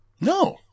no